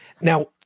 Now